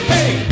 Hey